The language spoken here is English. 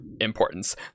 importance